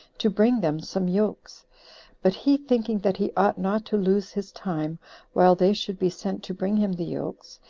to bring them some yokes but he thinking that he ought not to lose his time while they should be sent to bring him the yokes,